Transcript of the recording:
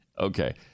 Okay